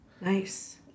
Nice